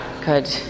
good